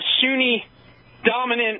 Sunni-dominant